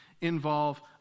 involve